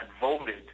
voted